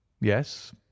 yes